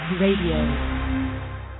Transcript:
Radio